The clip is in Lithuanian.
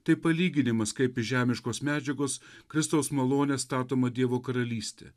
tai palyginimas kaip iš žemiškos medžiagos kristaus malone statoma dievo karalystė